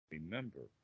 Remember